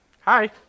Hi